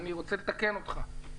אני רוצה לתקן אותך.